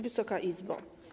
Wysoka Izbo!